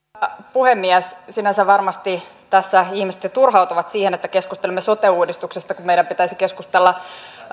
puhemies sinänsä varmasti tässä ihmiset jo turhautuvat siihen että keskustelemme sote uudistuksesta kun meidän pitäisi keskustella